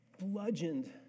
bludgeoned